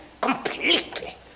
completely